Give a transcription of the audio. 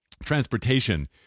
Transportation